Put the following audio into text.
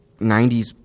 90s